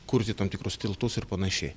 kurti tam tikrus tiltus ir panašiai